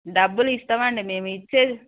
డబ్బులు ఇస్తాం అండి మేము ఇచ్చే